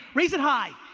raise it high.